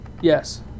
Yes